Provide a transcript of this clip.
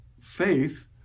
faith